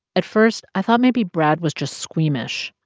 at first i thought maybe brad was just squeamish,